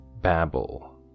babble